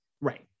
right